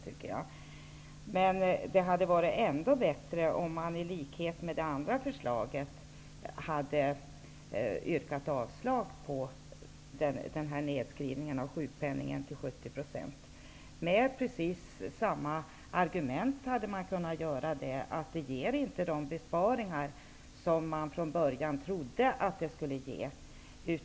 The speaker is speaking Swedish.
Det skulle dock ha varit ännu bättre om man i likhet med vad som gäller för det andra förslaget skulle ha yrkat avslag på förslaget om nedskrivning av sjukpenningen till 70 %. Man hade kunnat använda samma argument, nämligen att det inte ger de besparingar som man från början trodde att det skulle ge.